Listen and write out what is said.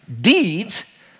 deeds